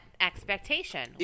expectation